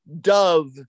dove